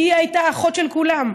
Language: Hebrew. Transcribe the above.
כי היא הייתה האחות של כולם.